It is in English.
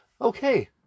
Okay